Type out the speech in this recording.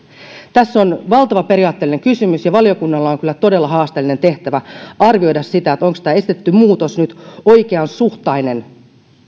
tässä on valtava periaatteellinen kysymys ja valiokunnalla on kyllä todella haasteellinen tehtävä arvioida sitä onko tämä esitetty muutos nyt oikeasuhtainen